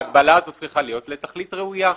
ההגבלה הזאת צריכה להיות לתכלית ראויה.